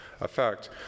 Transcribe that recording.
effect